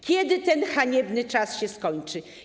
Kiedy ten haniebny czas się skończy?